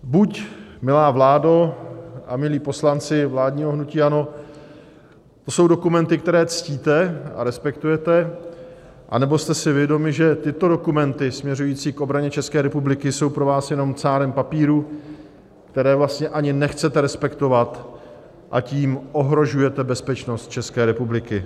Buď to jsou, milá vládo a milí poslanci vládního hnutí ANO, dokumenty, které ctíte a respektujete, anebo jste si vědomi, že tyto dokumenty směřující k obraně České republiky jsou pro vás jenom cárem papíru, které vlastně ani nechcete respektovat, a tím ohrožujete bezpečnost České republiky.